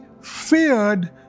feared